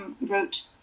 wrote